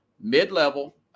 mid-level